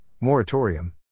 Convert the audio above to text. moratorium